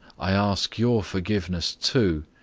i ask your forgiveness, too,